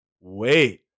Wait